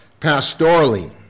pastorally